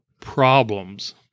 problems